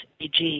EG